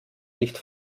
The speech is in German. nicht